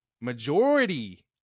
Majority